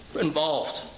involved